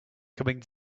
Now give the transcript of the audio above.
coming